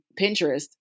Pinterest